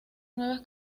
nuevas